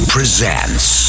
Presents